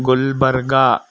Gulbarga